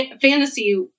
fantasy